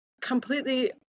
completely